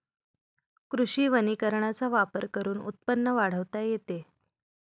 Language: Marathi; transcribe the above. कृषी वनीकरणाचा वापर करून उत्पन्न वाढवता येते